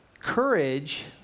courage